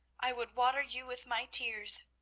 i would water you with my tears!